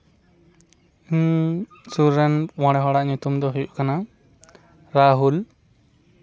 ᱤᱧ ᱥᱩᱨ ᱨᱮᱱ ᱢᱚᱬᱮ ᱦᱚᱲᱟᱜ ᱧᱩᱛᱩᱢ ᱫᱚ ᱦᱩᱭᱩᱜ ᱠᱟᱱᱟ ᱨᱟᱦᱩᱞ